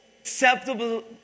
acceptable